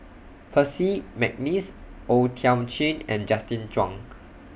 Percy Mcneice O Thiam Chin and Justin Zhuang